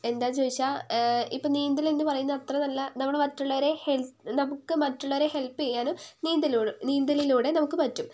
എന്താണെന്ന് ചോദിച്ചാൽ ഇപ്പോൾ നീന്തലെന്നു പറയുന്നത് അത്ര നല്ല നമ്മൾ മറ്റുള്ളവരെ നമുക്ക് മറ്റുള്ളവരെ ഹെൽപ്പ് ചെയ്യാനും നീന്തലിലൂടെ നമുക്ക് പറ്റും